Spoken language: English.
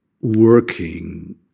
working